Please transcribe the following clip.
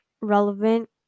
relevant